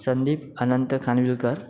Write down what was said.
Sandeep Anant Khanwilkar